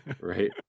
right